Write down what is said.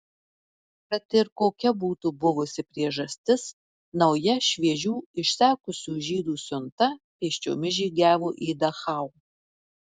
kad ir kokia būtų buvusi priežastis nauja šviežių išsekusių žydų siunta pėsčiomis žygiavo į dachau